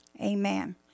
Amen